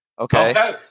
Okay